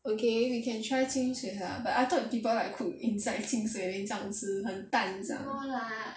okay we can try 清水 lah but I thought people like to cook inside 清水 then 这样吃很淡这样